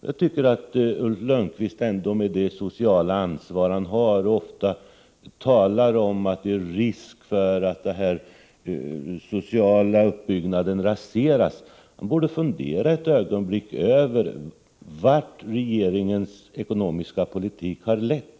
Jag tycker att Ulf Lönnqvist, med det sociala ansvar han visar när han så ofta säger att det är risk för att den sociala uppbyggnaden skall raseras, borde fundera ett ögonblick över vart regeringens ekonomiska politik har lett.